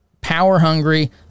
power-hungry